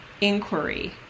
inquiry